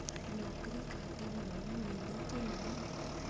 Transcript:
नौकरी खातिर लोन मिली की ना?